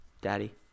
Daddy